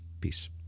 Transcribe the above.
Peace